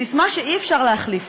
ססמה שאי-אפשר להחליף,